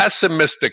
pessimistic